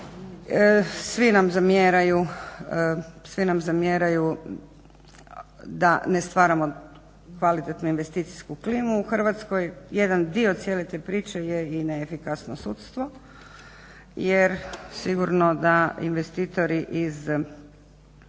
Svi nam zamjeraju da ne stvaramo kvalitetnu investicijsku klimu u Hrvatskoj. Jedan dio cijele te priče je i neefikasno sudstvo, jer sigurno da investitori iz